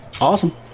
Awesome